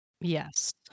Yes